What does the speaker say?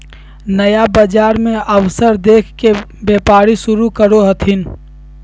नया लोग बाजार मे अवसर देख के व्यापार शुरू करो हथिन